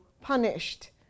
punished